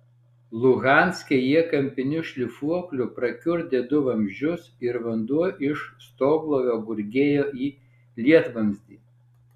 luhanske jie kampiniu šlifuokliu prakiurdė du vamzdžius ir vanduo iš stoglovio gurgėjo į lietvamzdį